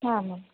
ಹಾಂ ಮ್ಯಾಮ್